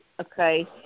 Okay